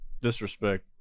Disrespect